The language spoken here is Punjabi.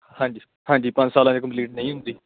ਹਾਂਜੀ ਹਾਂਜੀ ਪੰਜ ਸਾਲਾਂ ਲਈ ਕੰਪਲੀਟ ਨਹੀਂ ਹੁੰਦੀ